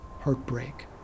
heartbreak